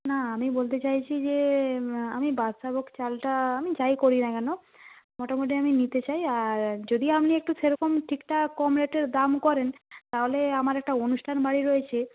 না আমি বলতে চাইছি যে আমি বাদশাভোগ চালটা আমি যাই করি না কেন মোটামোটি আমি নিতে চাই আর যদি আপনি একটু সেরকম ঠিকঠাক কম রেটের দাম করেন তাহলে আমার একটা অনুষ্ঠান বাড়ি রয়েছে